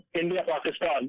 India-Pakistan